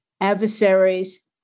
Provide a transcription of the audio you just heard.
adversaries